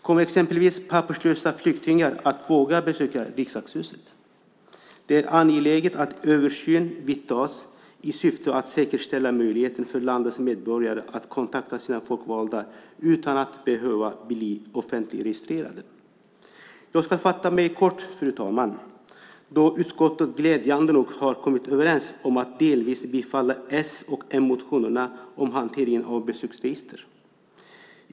Kommer exempelvis papperslösa flyktingar att våga besöka Riksdagshuset? Det är angeläget att översyn vidtas i syfte att säkerställa möjligheten för landets medborgare att kontakta sina folkvalda utan att behöva bli offentligregistrerade. Jag ska fatta mig kort, fru talman, då utskottet glädjande nog har kommit överens om att delvis bifalla s och m-motionerna om hanteringen av besöksregister.